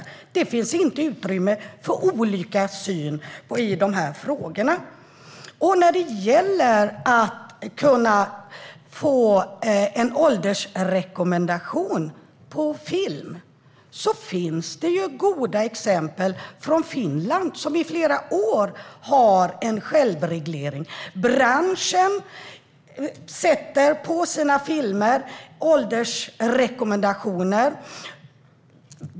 I dessa frågor finns inget utrymme för olika syn. När det gäller att kunna få en åldersrekommendation på film finns det goda exempel från Finland, som sedan flera år har en självreglering. Branschen sätter åldersrekommendationer på filmerna.